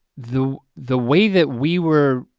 the the way that we were